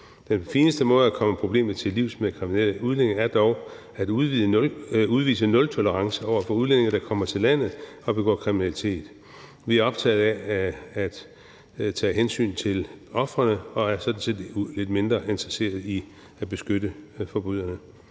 Den fineste måde at komme problemet til livs med kriminelle udlændinge på er dog at udvise nultolerance over for udlændinge, der kommer til landet og begår kriminalitet. Vi er optaget af at tage hensyn til ofrene og er sådan set lidt mindre interesseret i at beskytte forbryderne.